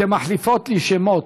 אתן מחליפות לי שמות.